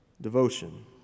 devotion